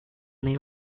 they